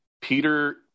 Peter